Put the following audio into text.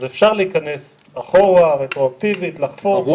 אז אפשר להיכנס אחורה רטרואקטיבית ולחפור --- ברור,